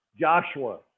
Joshua